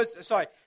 sorry